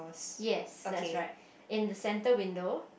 yes that's right in the centre window